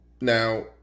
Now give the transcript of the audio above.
now